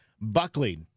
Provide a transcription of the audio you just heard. Buckley